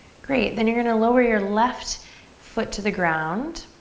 great, then you're gonna lower your left foot to the ground.